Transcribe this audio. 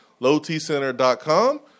Lowtcenter.com